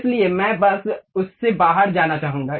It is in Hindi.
इसलिए मैं बस उससे बाहर जाना चाहूंगा